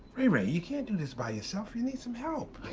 ray ray, you can't do this by yourself. you need some help!